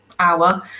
hour